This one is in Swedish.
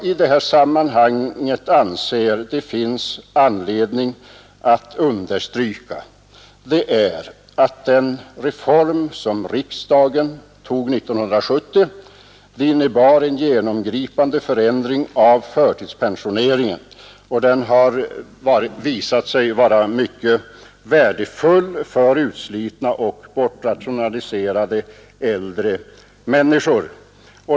I detta sammanhang finns det anledning att understryka att den reform som riksdagen fattade beslut om 1970 och som innebar en genomgripande förändring av förtidspensioneringen har visat sig vara mycket värdefull för utslitna och bortrationaliserade äldre människor.